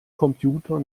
computer